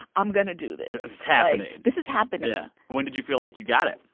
i'm going to do this this is happening this is happening yeah. when did you feel like you got it?